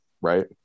right